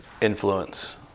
influence